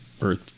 Earth